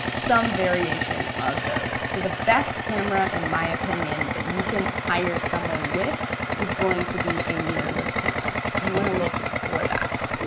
some variation of those. so the best camera in my opinion that you can hire someone with is going to be a mirrorless camera. so you wanna look for that.